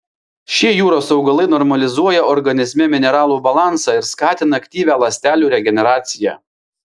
šie jūros augalai normalizuoja organizme mineralų balansą ir skatina aktyvią ląstelių regeneraciją